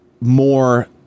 more